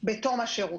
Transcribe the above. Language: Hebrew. בתום השירות.